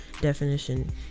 definition